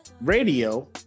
radio